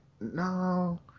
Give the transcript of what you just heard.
No